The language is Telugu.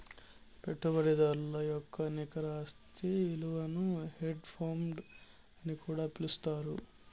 పెట్టుబడిదారుల యొక్క నికర ఆస్తి ఇలువను హెడ్జ్ ఫండ్ అని కూడా పిలుత్తారు